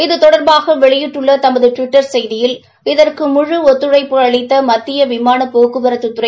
இது தொடாபாக வெளியிட்டுள்ள தமது டுவிட்டா செய்தியில் இதற்கு முழு ஒத்துழைப்பு அளித்த மத்திய விமாள போக்குவரத்துத் துறை